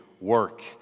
work